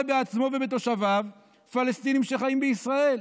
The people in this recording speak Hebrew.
זכותו לומר שהוא רואה בעצמו ובתושביו פלסטינים שחיים בישראל.